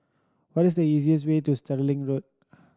what is the easiest way to Stirling Road